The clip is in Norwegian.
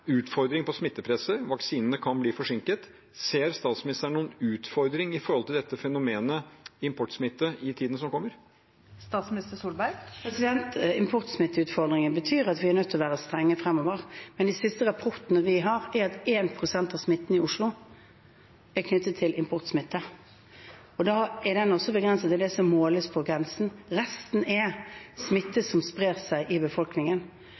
smittepresset. Vaksinene kan bli forsinket. Ser statsministeren noen utfordring med tanke på fenomenet «importsmitte» i tiden som kommer? Importsmitteutfordringen betyr at vi er nødt til å være strenge fremover. Men de siste rapportene vi har fått, går ut på at 1 pst. av smitten i Oslo er knyttet til importsmitte. Da er det begrenset til det som måles på grensen. Resten er smitte som sprer seg i befolkningen.